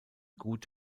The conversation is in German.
gut